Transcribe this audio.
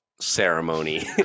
ceremony